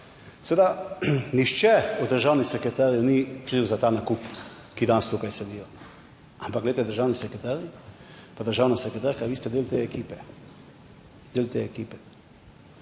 Seveda, nihče od državnih sekretarjev ni kriv za ta nakup, ki danes tukaj sedijo, ampak glejte, državni sekretarji, pa državna sekretarka, vi ste del te ekipe. Del te ekipe.